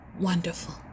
wonderful